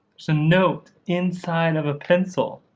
so note inside of a pencil